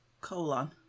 colon